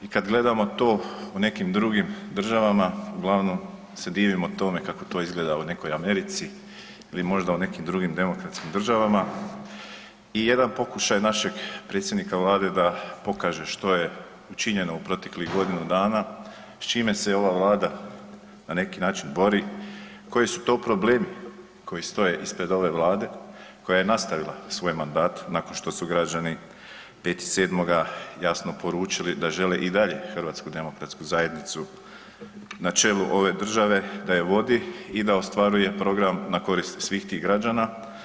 I kad gledamo to u nekim drugim državama, uglavnom se divimo tome kako to izgleda u nekoj Americi ili možda u nekim drugim demokratskim državama i jedan pokušaj našeg predsjednika Vlade da pokaže što je učinjeno u proteklih godinu dana, s čime se ova Vlada na neki način bori, koji su to problemi koji stoje ispred ove Vlade, koja je nastavila svoj mandat nakon što su građani 5.7. jasno poručili da žele i dalje HDZ na čelu ove države da je vodi i da ostvaruje program na korist svih tih građana.